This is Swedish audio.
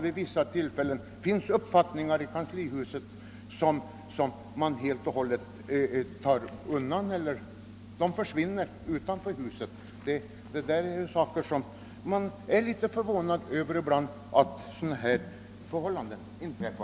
Vid vissa tillfällen finns det tydligen också åsikter i kanslihuset som helt försvinner. Man blir ibland förvånad över att sådant kan hända.